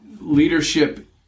leadership